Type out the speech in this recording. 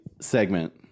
segment